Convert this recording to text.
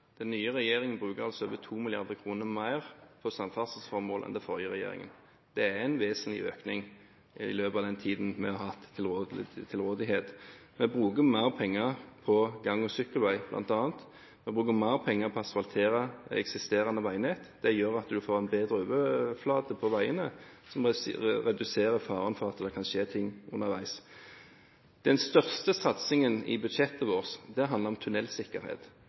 den forrige regjeringen gjorde. Det er en vesentlig økning i løpet av den tiden vi har hatt til rådighet. Vi bruker bl.a. mer penger på gang- og sykkelveier. Vi bruker mer penger på å asfaltere eksisterende veinett. Det gjør at en får en bedre veioverflate, noe som reduserer faren for at ting kan skje. Den største satsingen i budsjettet vårt handler om